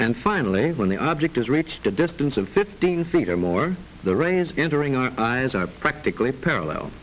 and finally when the object is reached a distance of fifteen feet or more the ray is entering our eyes are practically parallel